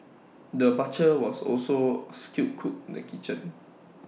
the butcher was also A skilled cook in the kitchen